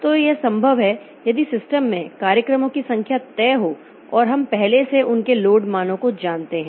तो यह संभव है यदि सिस्टम में कार्यक्रमों की संख्या तय हो और हम पहले से उनके लोड मानों को जानते हैं